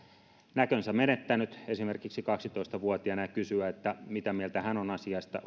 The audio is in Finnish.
menettänyt näkönsä esimerkiksi kaksitoista vuotiaana ja kysyä mitä mieltä hän on asiasta